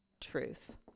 truth